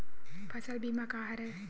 फसल बीमा का हरय?